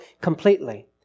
completely